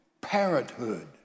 parenthood